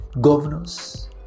governors